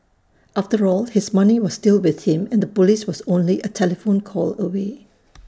after all his money was still with him and Police was only A telephone call away